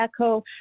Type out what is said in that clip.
echo